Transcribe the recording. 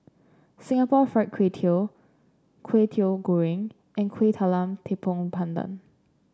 Singapore Fried Kway Tiao Kwetiau Goreng and Kueh Talam Tepong Pandan